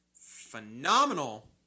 phenomenal